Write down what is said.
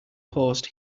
post